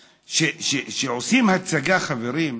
כשעושים הצגה, חברים,